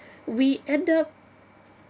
we end up